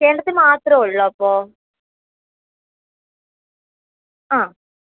കേരളത്തിൽ മാത്രമേ ഉള്ളോ അപ്പോൾ ആ